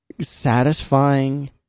satisfying